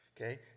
okay